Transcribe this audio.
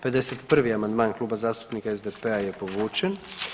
51. amandman Kluba zastupnika SDP-a je povučen.